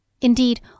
Indeed